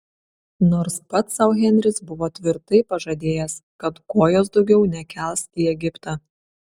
nors pats sau henris buvo tvirtai pažadėjęs kad kojos daugiau nekels į egiptą